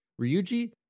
Ryuji